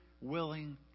willing